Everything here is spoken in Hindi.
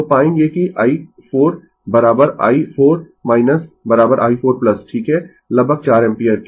तो पाएंगे कि i4 i 4 i 4 ठीक है लगभग 4 एम्पीयर